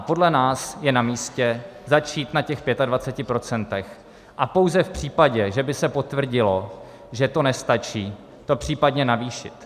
Podle nás je namístě začít na těch 25 % a pouze v případě, že by se potvrdilo, že to nestačí, to případně navýšit.